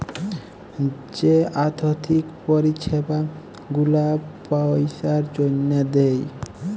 যে আথ্থিক পরিছেবা গুলা পইসার জ্যনহে দেয়